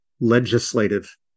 legislative